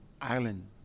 island